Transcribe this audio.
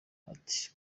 ati